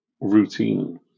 routine